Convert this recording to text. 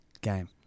game